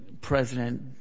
president